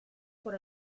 por